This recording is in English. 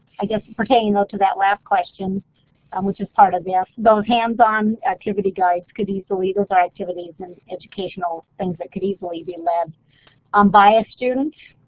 i guess pertaining though to that last question um which is part of those hands-on activity guides could easily those are activities and educational things that could easily be led um by a student,